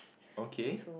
okay